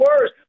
worse